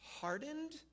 hardened